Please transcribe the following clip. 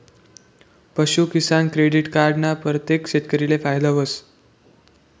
पशूकिसान credit card ना परतेक शेतकरीले फायदा व्हस